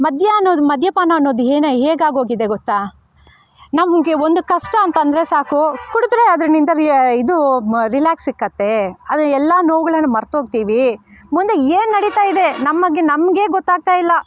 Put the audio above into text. ಮದ್ಯ ಅನ್ನೋದು ಮದ್ಯಪಾನ ಅನ್ನೋದು ಏನು ಹೇಗೆ ಆಗೋಗಿದೆ ಗೊತ್ತ ನಮಗೆ ಒಂದು ಕಷ್ಟ ಅಂತಂದರೆ ಸಾಕು ಕುಡಿದ್ರೆ ಅದು ನಿಂತಲ್ಲಿ ಇದು ರಿಲ್ಯಾಕ್ಸ್ ಸಿಕ್ಕತ್ತೆ ಅಲ್ಲಿ ಎಲ್ಲ ನೋವುಗಳನ್ನು ಮರ್ತು ಹೋಗ್ತೀವಿ ಮುಂದೆ ಏನು ನಡೀತಾ ಇದೆ ನಮ್ಮ ಬಗ್ಗೆ ನಮಗೆ ಗೊತ್ತಾಗ್ತಾಯಿಲ್ಲ